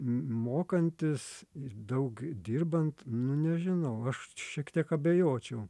mokantis ir daug dirbant nu nežinau aš šiek tiek abejočiau